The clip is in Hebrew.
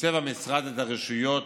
תקצב המשרד את הרשויות